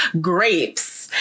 grapes